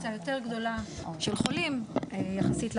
בקבוצה יותר גדולה של חולים יחסית לגודל.